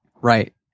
Right